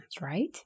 right